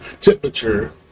temperature